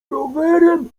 rowerem